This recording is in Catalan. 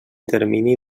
termini